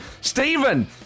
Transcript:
Stephen